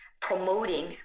promoting